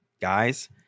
guys